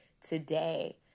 today